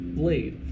blade